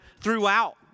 throughout